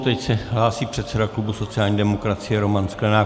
Teď se hlásí předseda klubu sociální demokracie Roman Sklenák.